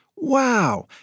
Wow